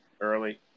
early